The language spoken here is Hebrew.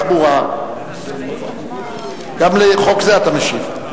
התעבורה (חידוש רשיון לנהג רכב מסחרי,